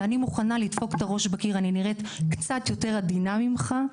אני נראית קצת יותר עדינה ממך,